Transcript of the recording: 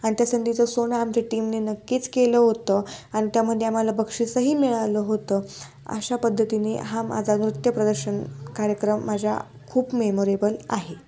आणि त्या संधीचं सोनं आमच्या टीमने नक्कीच केलं होतं आणि त्यामध्ये आम्हाला बक्षीसही मिळालं होतं अशा पद्धतीने हा माझा नृत्य प्रदर्शन कार्यक्रम माझ्या खूप मेमोरेबल आहे